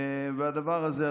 והדבר הזה,